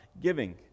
giving